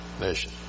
nation